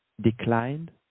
declined